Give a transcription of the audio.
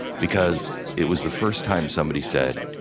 because it was the first time somebody said,